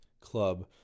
club